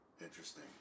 Interesting